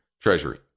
treasury